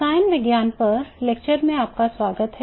रसायन विज्ञान पर लेक्चर में आपका स्वागत है